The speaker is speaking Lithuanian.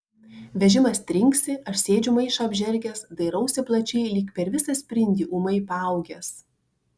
vežimas trinksi aš sėdžiu maišą apžergęs dairausi plačiai lyg per visą sprindį ūmai paaugęs